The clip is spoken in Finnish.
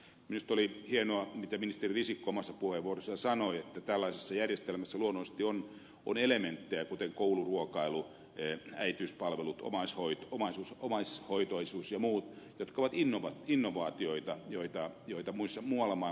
minusta oli hienoa se mitä ministeri omassa risikko puheenvuorossaan sanoi että tällaisessa järjestelmässä luonnollisesti on elementtejä kuten kouluruokailu äitiyspalvelut omaishoito ja muut jotka ovat innovaatioita joita muualla maailmassa mietitään